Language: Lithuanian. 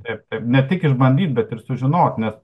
taip taip ne tik išbandyt bet ir sužinot nes